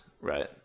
right